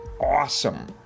awesome